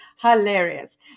hilarious